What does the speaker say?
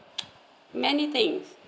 many things